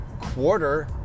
quarter